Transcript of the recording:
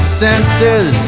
senses